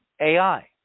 AI